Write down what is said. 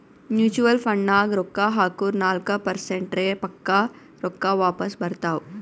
mutual ಫಂಡ್ನಾಗ್ ರೊಕ್ಕಾ ಹಾಕುರ್ ನಾಲ್ಕ ಪರ್ಸೆಂಟ್ರೆ ಪಕ್ಕಾ ರೊಕ್ಕಾ ವಾಪಸ್ ಬರ್ತಾವ್